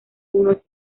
unos